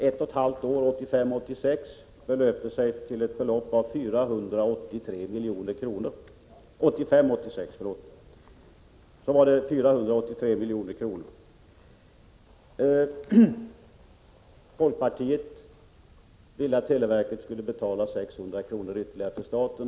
Herr talman! Televerkets kostnader 1985/86 belöpte sig till ett belopp av 483 milj.kr. Folkpartiet ville att televerket skulle betala ytterligare 600 milj.kr. tillstaten.